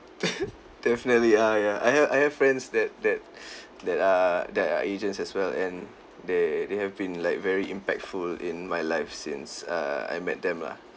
definitely ah ya I have I have friends that that that are that are agents as well and they they have been like very impactful in my life since err I met them lah